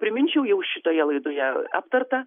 priminčiau jau šitoje laidoje aptartą